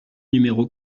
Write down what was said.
numéro